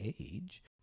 age